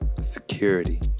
security